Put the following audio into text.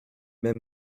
même